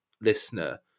listener